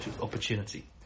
opportunity